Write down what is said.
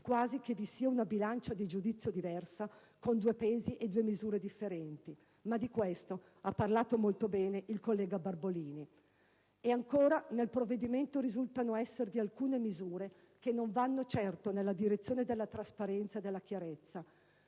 quasi che vi sia una bilancia di giudizio diversa, con due pesi e due misure differenti; di questo ha però parlato in maniera approfondita il collega Barbolini. Nel provvedimento risultano esservi anche alcune misure che non vanno certo nella direzione della trasparenza e della chiarezza.